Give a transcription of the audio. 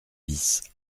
bis